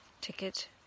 ticket